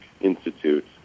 Institute